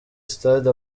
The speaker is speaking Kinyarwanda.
sitade